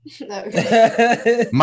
No